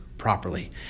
properly